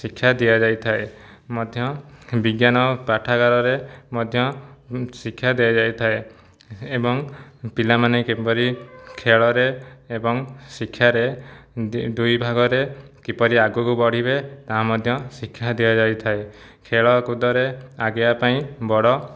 ଶିକ୍ଷା ଦିଆଯାଇଥାଏ ମଧ୍ୟ ବିଜ୍ଞାନ ପଠାଗାରରେ ମଧ୍ୟ ଶିକ୍ଷା ଦିଆଯାଇଥାଏ ଏବଂ ପିଲାମାନେ କିପରି ଖେଳରେ ଏବଂ ଶିକ୍ଷାରେ ଦୁଇ ଭାଗରେ କିପରି ଆଗକୁ ବଢ଼ିବେ ତା ମଧ୍ୟ ଶିକ୍ଷା ଦିଆଯାଇଥାଏ ଖେଳ କୁଦରେ ଆଗେଇବା ପାଇଁ ବଡ଼